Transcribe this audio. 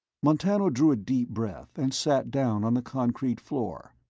montano drew a deep breath and sat down on the concrete floor.